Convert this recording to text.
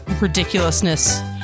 ridiculousness